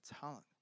talent